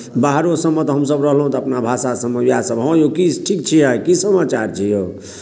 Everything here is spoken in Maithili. बाहरो सभमे तऽ हमसभ रहलहुँ तऽ अपना भाषा सभमे इएहसभ हँ यौ की ठीक छियै की समाचार छै यौ